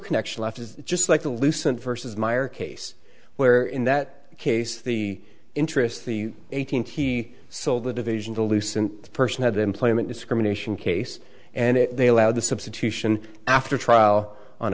connection left is just like the lucent versus meyer case where in that case the interest the eighteenth he sold the division to lucent the person had employment discrimination case and they allowed the substitution after a trial on